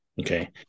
Okay